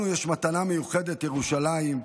לנו יש מתנה מיוחדת: ירושלים,